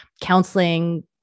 counseling